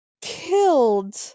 killed